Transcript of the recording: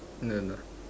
no no